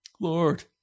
Lord